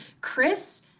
Chris